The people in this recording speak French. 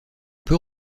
peut